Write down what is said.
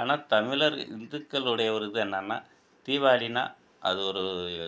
ஆனால் தமிழர் இந்துக்களுடைய ஒரு இது என்னான்னால் தீவாளின்னால் அது ஒரு